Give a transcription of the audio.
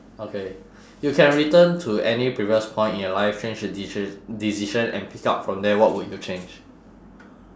okay you can return to any previous point in your life change your deci~ decision and pick up from there what would you change